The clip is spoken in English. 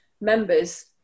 members